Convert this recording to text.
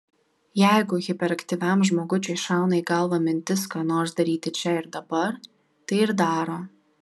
jeigu hiperaktyviam žmogučiui šauna į galvą mintis ką nors daryti čia ir dabar tai ir daro